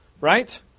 right